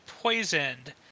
poisoned